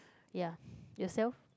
ya yourself